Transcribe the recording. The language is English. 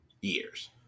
years